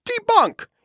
debunk